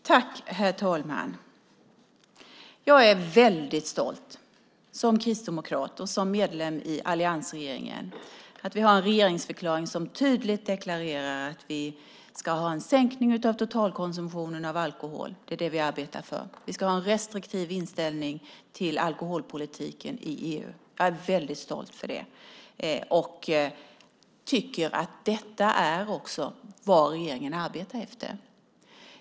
Herr talman! Jag är som kristdemokrat och medlem i alliansregeringen väldigt stolt över att vi har en regeringsförklaring som tydligt deklarerar att vi ska ha en sänkning av totalkonsumtionen av alkohol. Det är det vi arbetar för. Vi ska ha en restriktiv inställning till alkoholpolitiken i EU. Jag är väldigt stolt över det. Detta är vad regeringen arbetar efter.